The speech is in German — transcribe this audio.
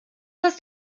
hast